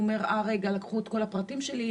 הוא אומר: לקחו את כל הפרטים שלי,